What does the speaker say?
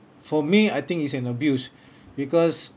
for me I think is an abuse because